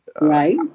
Right